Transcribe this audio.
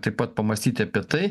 taip pat pamąstyti apie tai